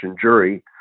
jury